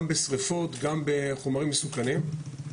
גם בשריפות, גם בחומרים מסוכנים.